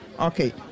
okay